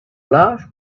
large